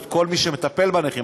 כל מי שמטפל בנכים,